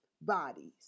Bodies